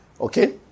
Okay